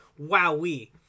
Wowee